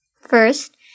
First